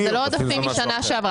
זה לא עודפים משנה שעברה.